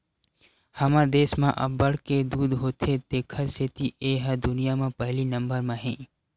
हमर देस म अब्बड़ के दूद होथे तेखर सेती ए ह दुनिया म पहिली नंबर म हे